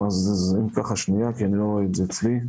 בג"ץ היינו צריכים